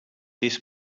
this